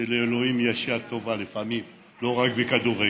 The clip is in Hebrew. שלאלוהים יש יד טובה לפעמים, לא רק בכדורגל.